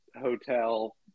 hotel